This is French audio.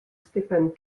stefan